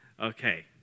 Okay